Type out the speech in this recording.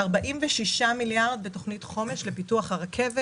46 מיליארד הם בתכנית חומש לפיתוח הרכבת.